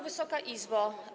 Wysoka Izbo!